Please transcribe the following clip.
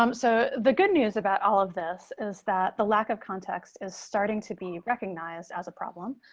um so the good news about all of this is that the lack of context is starting to be recognized as a problem.